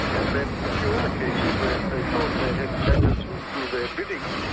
and then a few other cases, where they thought they had judges who'd do their bidding,